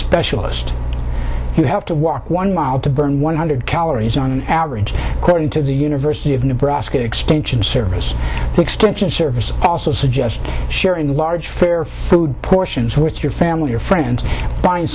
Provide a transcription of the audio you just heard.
specialist you have to walk one mile to burn one hundred calories on average according to the university of nebraska extension service extension service also suggest sharing large fair food portions with your family or friends find